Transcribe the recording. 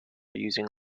using